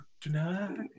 tonight